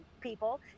people